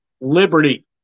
Liberty